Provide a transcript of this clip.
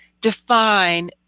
define